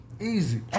easy